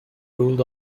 ruled